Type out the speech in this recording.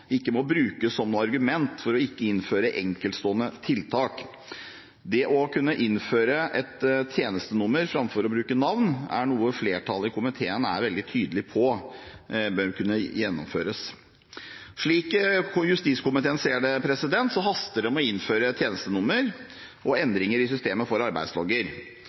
ikke må brukes som noe argument for ikke å innføre enkeltstående tiltak. Det å kunne innføre et tjenestenummer framfor å bruke navn er noe flertallet i komiteen er veldig tydelig på bør kunne gjennomføres. Slik justiskomiteen ser det, haster det med å innføre tjenestenummer og endringer i systemet for